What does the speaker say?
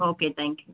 okay thank you